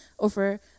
Over